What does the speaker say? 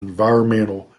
environmental